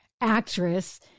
actress